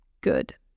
good